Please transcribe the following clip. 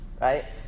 Right